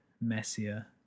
messier